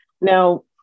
Now